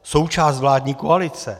Součást vládní koalice.